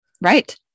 Right